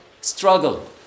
struggle